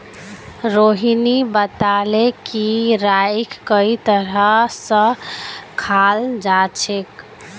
रोहिणी बताले कि राईक कई तरह स खाल जाछेक